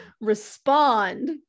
respond